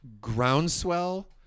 groundswell